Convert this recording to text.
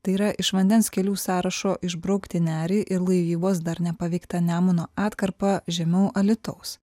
tai yra iš vandens kelių sąrašo išbraukti nerį ir laivybos dar nepaveiktą nemuno atkarpą žemiau alytaus